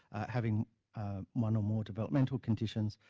having one or more developmental conditions,